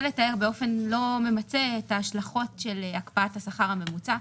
לתאר באופן לא ממצה את ההשלכות של הקפאת השכר הממוצע.